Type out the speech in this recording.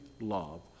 love